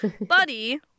Buddy